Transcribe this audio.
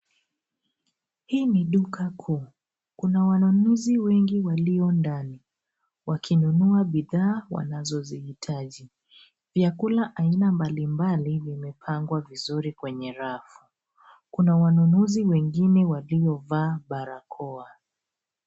Hii ni duka kuu. Kuna wanunuzi wengi walio ndani. Wakinunua bidhaa, wanazohitaji. Vyakula haina malimbali, zimepangwa vizuri kwenye rafu. Kuna wanunuzi wengine waliovaa barakoa.